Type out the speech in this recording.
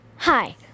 Hi